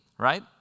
Right